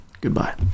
goodbye